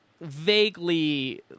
vaguely